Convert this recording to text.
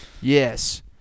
Yes